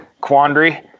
quandary